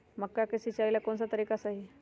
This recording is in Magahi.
मक्का के सिचाई ला कौन सा तरीका सही है?